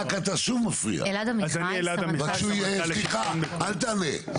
אני אלעד עמיחי --- סליחה, אל תענה.